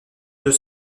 deux